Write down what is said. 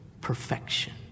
perfection